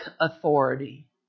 authority